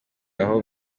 aho